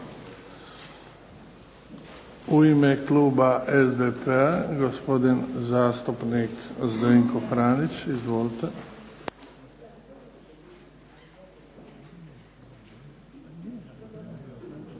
U ime kluba SDP-a, gospodin zastupnik Zdenko Franić. Izvolite. **Franić,